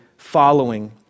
following